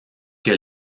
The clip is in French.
que